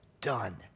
done